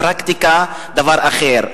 פרקטיקה זה דבר אחר.